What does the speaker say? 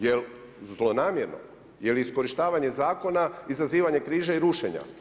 Jel' zlonamjerno, je li iskorištavanje zakona izazivanje križa i rušenja.